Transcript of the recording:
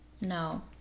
no